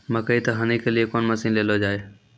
मकई तो हनी के लिए कौन मसीन ले लो जाए?